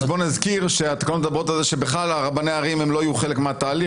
בואו נזכיר שהתקנות מדברות על זה שרבני הערים לא יהיו בכלל חלק מהתהליך.